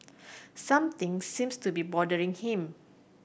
something seems to be bothering him